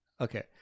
Okay